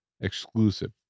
exclusive